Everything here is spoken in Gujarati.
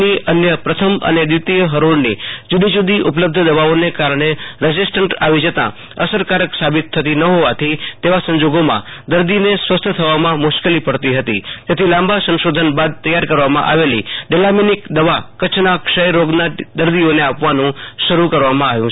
ની અન્ય પ્રથમ અને દ્વિતિય હરોળની જૂદી જૂદી ઉપલબ્ધ દેવાઓને કારણે રેસિસેટન્ટ આવી જતાં અસરકારક સાબિત થતી ન હોવાથી તેવા સંજોગોમાં દર્દીને સ્વસ્થ થેવામાં મુશ્કેલી પડતી હતીતેથી લાંબા સંશોધન બાદ તૈયાર કરવામાં આવેલી ડેલામિનિક દવી કચ્છના ક્ષય રોગના દર્દીઓને આપવાનું શરૂ કરવામાં આવ્યું છે